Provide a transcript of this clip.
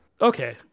Okay